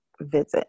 visit